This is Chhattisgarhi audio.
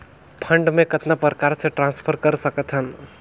फंड मे कतना प्रकार से ट्रांसफर कर सकत हन?